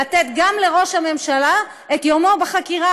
לתת גם לראש הממשלה את יומו בחקירה,